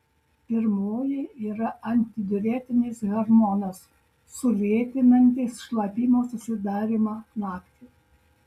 pirmoji yra antidiuretinis hormonas sulėtinantis šlapimo susidarymą naktį